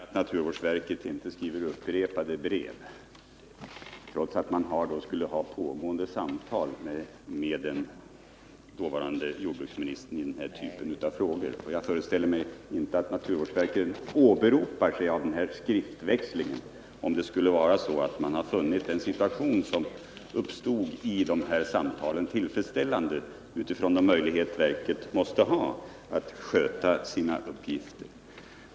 Herr talman! Jag föreställer mig att naturvårdsverket inte utan anledning skulle ha skrivit upprepade brev trots att verket hade pågående samtal med den dåvarande jordbruksministern om de här frågorna. Jag föreställer mig att naturvårdsverket inte heller skulle åberopa en sådan skriftväxling om man hade funnit den situation som rådde under det att samtalen pågick tillfredsställande med tanke på de möjligheter verket måste ha att sköta sina arbetsuppgifter.